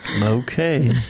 Okay